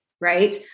right